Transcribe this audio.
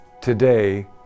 Today